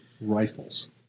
rifles